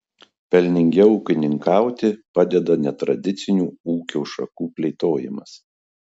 pelningiau ūkininkauti padeda netradicinių ūkio šakų plėtojimas